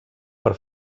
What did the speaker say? per